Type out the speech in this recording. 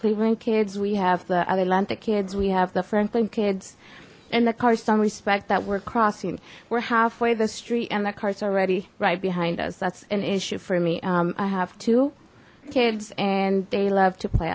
cleveland kids we have the atlantic kids we have the franklin kids in the car some respect that we're crossing we're halfway the street and the cars already right behind us that's an issue for me i have two kids and they love to play